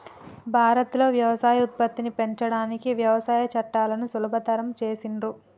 భారత్ లో వ్యవసాయ ఉత్పత్తిని పెంచడానికి వ్యవసాయ చట్టాలను సులభతరం చేసిండ్లు